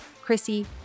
Chrissy